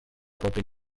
propria